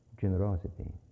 generosity